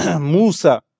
Musa